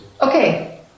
Okay